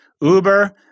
Uber—